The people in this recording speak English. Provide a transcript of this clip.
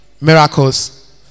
miracles